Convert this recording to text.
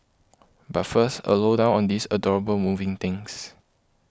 but first a low down on these adorable moving things